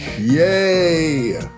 Yay